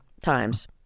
times